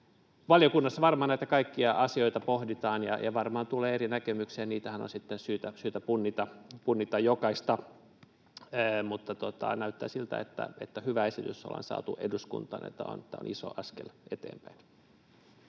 Valiokunnassa varmaan näitä kaikkia asioita pohditaan ja varmaan tulee eri näkemyksiä, niitähän on sitten syytä punnita jokaista. Mutta näyttää siltä, että hyvä esitys ollaan saatu eduskuntaan, ja tämä on iso askel eteenpäin.